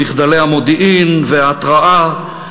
במחדלי המודיעין וההתרעה,